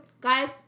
Guys